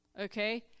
Okay